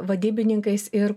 vadybininkais ir